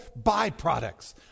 byproducts